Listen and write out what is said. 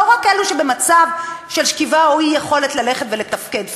לא רק אלו שבמצב של שכיבה או אי-יכולת ללכת ולתפקד פיזית,